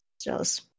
jealous